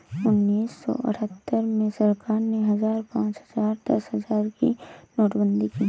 उन्नीस सौ अठहत्तर में सरकार ने हजार, पांच हजार, दस हजार की नोटबंदी की